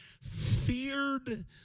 feared